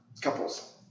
couples